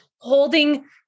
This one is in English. holding